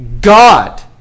God